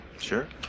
Sure